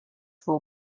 will